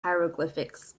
hieroglyphics